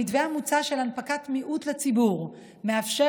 המתווה המוצע של הנפקת מיעוט לציבור מאפשר